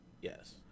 Yes